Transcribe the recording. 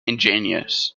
ingenious